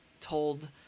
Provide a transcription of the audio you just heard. told